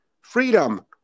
freedom